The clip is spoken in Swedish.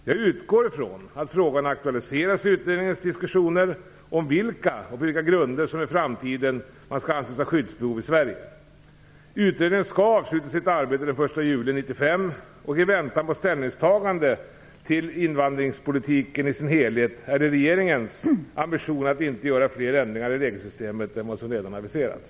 Jag utgår från att frågan aktualiseras i utredningens diskussioner om vilka som i framtiden skall anses ha skyddsbehov i Sverige - grunderna därför. Utredningen skall avsluta sitt arbete den 1 juli 1995. I väntan på ställningstagande till invandringspolitiken i sin helhet är det regeringens ambition att inte göra fler ändringar i regelsystemet än vad som redan aviserats.